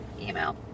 email